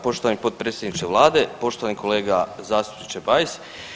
Poštovani potpredsjedniče Vlade, poštovani kolega zastupniče Bajs.